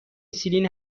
سیلین